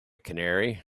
canary